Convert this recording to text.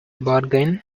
bargain